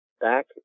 back